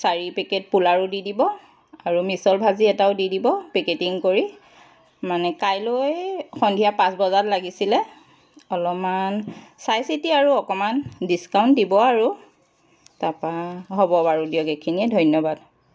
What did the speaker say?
চাৰি পেকেট পোলাও দি দিব আৰু মিছল ভাজি এটাও দি দিব পেকেটিং কৰি মানে কাইলৈ সন্ধিয়া পাঁচ বজাত লাগিছিলে অলপমান চাই চিতি আৰু অকণমান ডিছ্কাউণ্ট দিব আৰু তাপা হ'ব বাৰু দিয়ক এইখিনিয়ে ধন্যবাদ